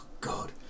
God